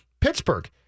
Pittsburgh